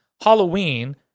Halloween